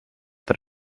that